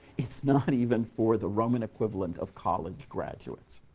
it's not even for the roman equivalent of college graduates.